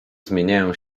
zmieniają